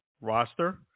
roster